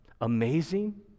amazing